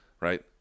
right